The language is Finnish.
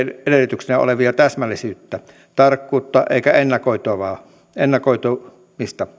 edellytyksinä olevia täsmällisyyttä tarkkuutta eikä ennakoitavuutta ennakoitavuutta